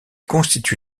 constitue